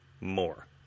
more